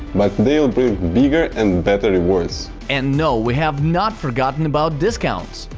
but bigger bigger and better rewards. and no, we have not forgotten about discounts.